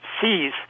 sees